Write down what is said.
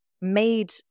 made